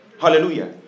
Hallelujah